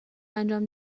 انجام